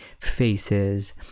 faces